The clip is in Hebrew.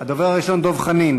הדובר הראשון, דב חנין,